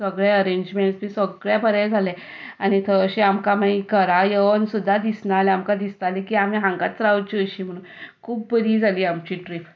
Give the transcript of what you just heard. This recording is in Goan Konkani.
सगळे एरेंजमेंट्सूय सगळे बरे जाले आनी थंय अशें आमकां घरा येवन सुद्दां दिसनासलें आमकां दिसतालें की आमी हांगाच रावचें अशें खूब बरी जाली आमची ट्रीप